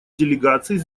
делегаций